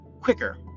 quicker